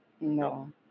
no